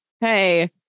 hey